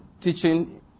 teaching